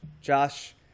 Josh